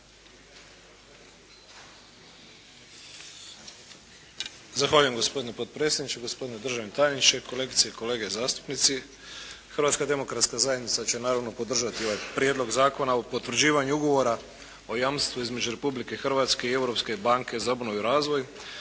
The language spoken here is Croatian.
Zahvaljujem gospodine potpredsjedniče, gospodine državni tajniče, kolegice i kolege zastupnici. Hrvatska demokratska zajednica će naravno podržati ovaj Prijedlog Zakona o potvrđivanju Ugovora o jamstvu između Republike Hrvatske i Europske banke za obnovu i razvoj